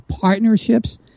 partnerships –